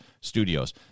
Studios